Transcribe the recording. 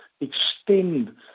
extend